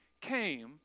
came